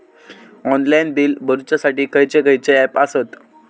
Online bill भरुच्यासाठी खयचे खयचे ऍप आसत?